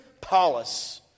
Paulus